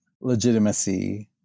legitimacy